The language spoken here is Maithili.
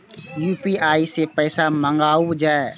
यू.पी.आई सै पैसा मंगाउल जाय?